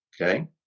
okay